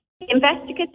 investigative